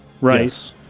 right